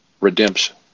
redemption